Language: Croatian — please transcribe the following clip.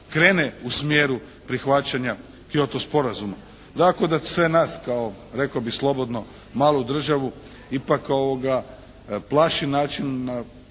krene u smjeru prihvaćanja Kyoto sporazuma. Tako da sve nas kao rekao bih slobodno malu državu ipak plaši način